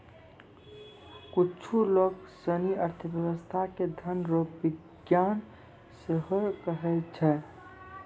कुच्छु लोग सनी अर्थशास्त्र के धन रो विज्ञान सेहो कहै छै